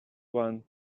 one